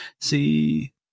see